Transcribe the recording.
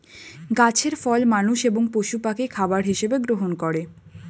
গাছের ফল মানুষ এবং পশু পাখি খাবার হিসাবে গ্রহণ করে